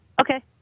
okay